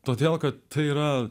todėl kad tai yra